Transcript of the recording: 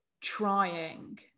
trying